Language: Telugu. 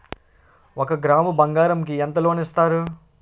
ఒక గ్రాము బంగారం కి ఎంత లోన్ ఇస్తారు?